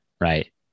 right